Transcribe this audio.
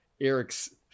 Eric's